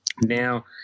Now